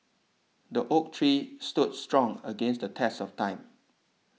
the oak tree stood strong against the test of time